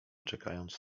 czekając